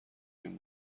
این